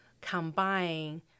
combine